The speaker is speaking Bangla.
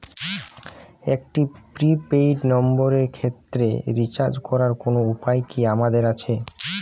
একটি প্রি পেইড নম্বরের ক্ষেত্রে রিচার্জ করার কোনো উপায় কি আমাদের আছে?